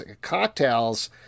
cocktails